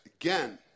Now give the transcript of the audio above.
Again